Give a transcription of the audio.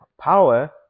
power